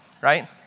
right